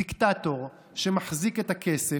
דיקטטור, שמחזיק את הכסף,